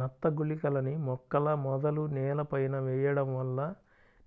నత్త గుళికలని మొక్కల మొదలు నేలపైన వెయ్యడం వల్ల